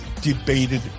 debated